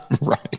right